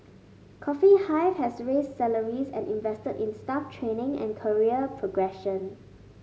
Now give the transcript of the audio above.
Coffee Hive has raised salaries and invested in staff training and career progression